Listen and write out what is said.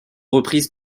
reprises